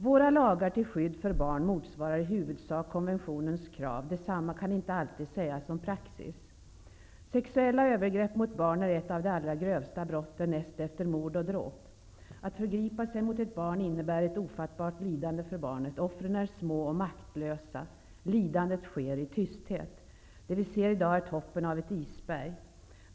Våra lagar till skydd för barn motsvarar i huvudsak konventionens krav. Detsamma kan inte alltid sägas om praxis. Sexuella övergrepp mot barn är ett av de allra grövsta brotten, näst efter mord och dråp. Att förgripa sig mot barn innebär ett ofattbart lidande för barnen. Offren är små och maktlösa. Lidandet sker i tysthet. Det vi ser i dag är toppen av ett isberg.